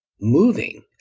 moving